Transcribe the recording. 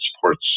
supports